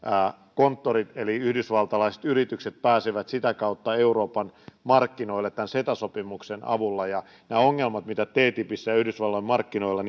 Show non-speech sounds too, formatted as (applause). konttorit eli yhdysvaltalaiset yritykset pääsevät sitä kautta euroopan markkinoille tämän ceta sopimuksen avulla nämä ongelmat mitä ttipissä ja yhdysvaltojen markkinoilla (unintelligible)